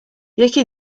یکی